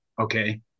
Okay